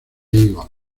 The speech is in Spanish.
higos